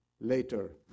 Later